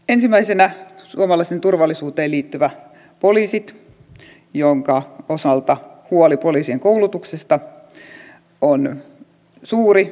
ensimmäisenä suomalaisten turvallisuuteen liittyvät poliisit joiden osalta huoli poliisien koulutuksesta on suuri